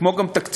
כמו גם תקציבו,